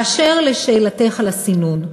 באשר לשאלתך על הסינון,